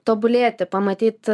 tobulėti pamatyt